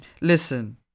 Listen